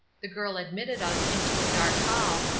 the girl admitted us into a dark hall,